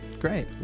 Great